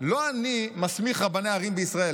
לא אני מסמיך רבני ערים בישראל.